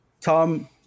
Tom